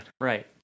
Right